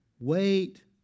wait